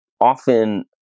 often